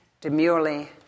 demurely